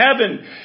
heaven